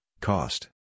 cost